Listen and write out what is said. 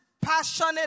passionate